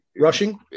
rushing